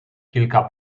kilka